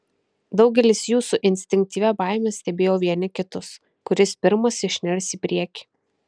daugelis jų su instinktyvia baime stebėjo vieni kitus kuris pirmas išnirs į priekį